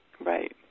Right